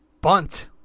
Bunt